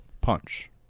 Punch